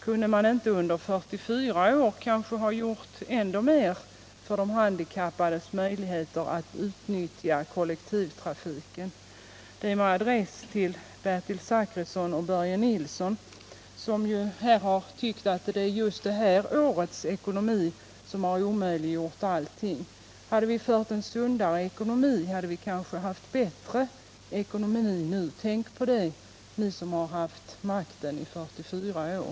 Kunde man kanske inte under 44 år ha gjort ännu mer för de handikappades möjligheter att utnyttja kollektivtrafiken? Detta är sagt med adress till Bertil Zachrisson och Börje Nilsson, som anfört att just det här årets ekonomiska politik har omöjliggjort allting. Om vi fört en sund ekonomisk politik tidigare hade vi kanske haft bättre ekonomi nu. Tänk på det, ni som har haft makten i 44 år.